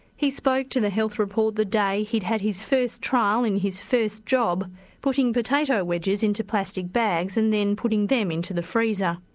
he spoke to the health report the day he'd had his first trial in his first job putting potato wedges into plastic bags and then putting them into the freezer.